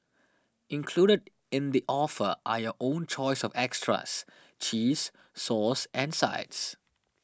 included in the offer are your own choice of extras cheese sauce and sides